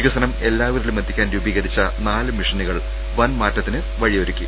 വികസനം എല്ലാ വരിലുമെത്തിക്കാൻ രൂപീകരിച്ച നാല് മിഷനുകൾ വൻ മാറ്റത്തിന് വഴിയൊരുക്കി